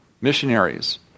missionaries